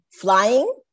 flying